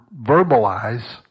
verbalize